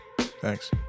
Thanks